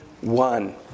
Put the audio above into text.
one